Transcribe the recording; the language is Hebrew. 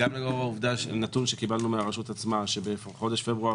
לאור הנתון שקיבלנו מהרשות עצמה שבחודש פברואר